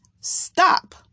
stop